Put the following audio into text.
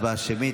הצבעה שמית,